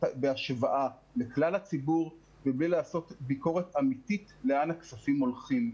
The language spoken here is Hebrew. בהשוואה לכלל הציבור ובלי לעשות ביקורת אמיתית לאן הכספים הולכים.